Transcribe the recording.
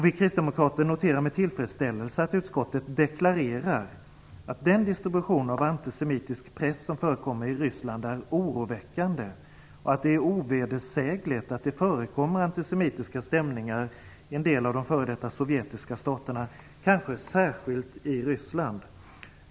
Vi kristdemokrater noterar med tillfredsställelse att utskottet deklarerar att den distribution av antisemitisk press som förekommer i Ryssland är oroväckande och att det är ovedersägligt att det förekommer antisemitiska stämningar i en del av de f.d. sovjetiska staterna, kanske särskilt i Ryssland.